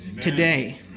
today